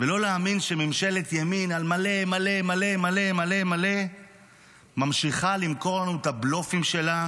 ולא להאמין שממשלת ימין על מלא מלא מלא ממשיכה למכור את הבלופים שלה